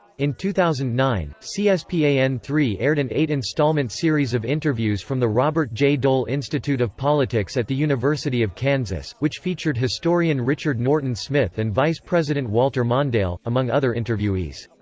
in two thousand and nine, c s p a n three aired an eight-installment series of interviews from the robert j. dole institute of politics at the university of kansas, which featured historian richard norton smith and vice president walter mondale, among other interviewees.